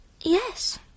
Yes